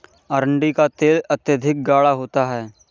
अरंडी का तेल अत्यधिक गाढ़ा होता है